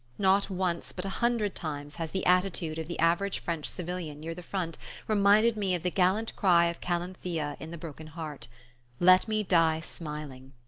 not once but a hundred times has the attitude of the average french civilian near the front reminded me of the gallant cry of calanthea in the broken heart let me die smiling!